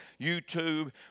YouTube